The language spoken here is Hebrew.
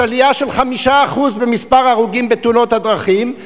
עלייה של 5% במספר ההרוגים בתאונות הדרכים.